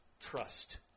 trust